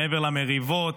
מעבר למריבות,